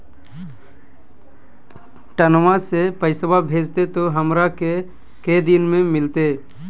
पटनमा से पैसबा भेजते तो हमारा को दिन मे मिलते?